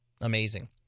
Amazing